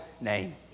name